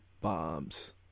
bombs